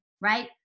right